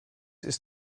ist